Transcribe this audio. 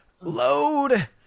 load